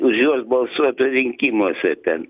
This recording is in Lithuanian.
už juos balsuotų rinkimuose ten